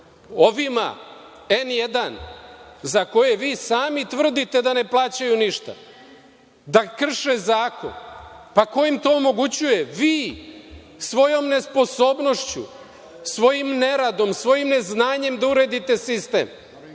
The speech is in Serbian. leđa. Ovima „N1“, za koje vi sami tvrdite da ne plaćaju ništa, da krše zakon, pa ko im to omogućuje, vi svojom nesposobnošću, svojim neradom, svojim neznanjem da uredite sistem.